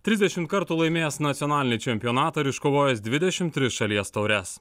trisdešimt kartų laimėjęs nacionalinį čempionatą ir iškovojęs dvidešim tris šalies taures